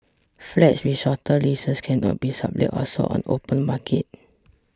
flats with shorter leases cannot be sublet or sold on the open market